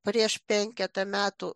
prieš penketą metų